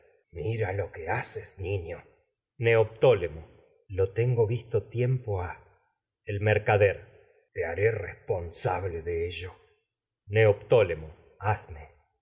mira lo que haces niño neoptólemo el lo tengo visto tiempo ha mercader te haré responsable de ello habla neoptólemo hazme